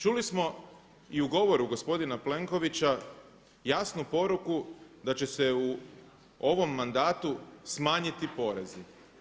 Čuli smo i u govoru gospodina Plenkovića jasnu poruku da će se u ovom mandatu smanjiti porezi.